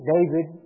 David